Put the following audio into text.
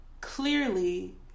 clearly